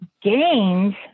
gains